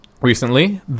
recently